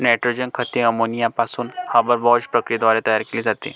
nitrogen खते ammonia पासून Haber Bosch प्रक्रियेद्वारे तयार केली जातात